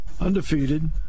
undefeated